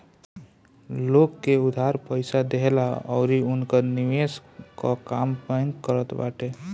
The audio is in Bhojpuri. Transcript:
लोग के उधार पईसा देहला अउरी उनकर निवेश कअ काम बैंक करत बाटे